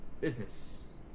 Business